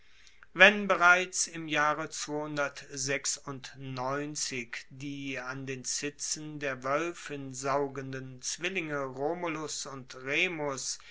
wenn bereits im jahre die an den zitzen der woelfin saugenden zwillinge romulus und remus